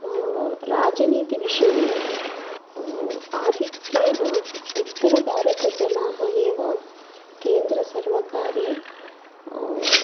राजनीतिविषये आधिक्येन उत्तरभारतजनाः एव केन्द्रसर्वकारे